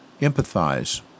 empathize